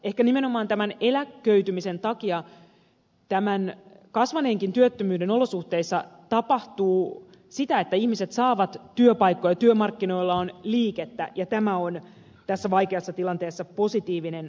ehkä nimenomaan eläköitymisen takia tämän kasvaneenkin työttömyyden olosuhteissa tapahtuu sitä että ihmiset saavat työpaikkoja työmarkkinoilla on liikettä ja tämä on tässä vaikeassa tilanteessa positiivinen signaali